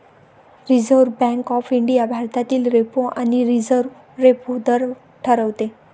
reserve bank of India भारतातील repo आणि reverse repo दर ठरवते